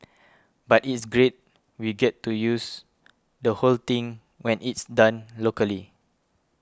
but it's great we get to use the whole thing when it's done locally